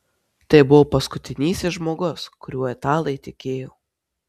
tai buvo paskutinysis žmogus kuriuo italai tikėjo